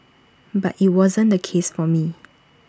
but IT wasn't the case for me